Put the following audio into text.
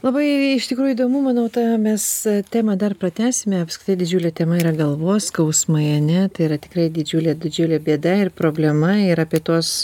labai iš tikrųjų įdomu manau tą mes temą dar pratęsime apskritai didžiulė tema yra galvos skausmai ane tai yra tikrai didžiulė didžiulė bėda ir problema ir apie tuos